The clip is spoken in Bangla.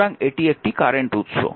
সুতরাং এটি একটি কারেন্ট উৎস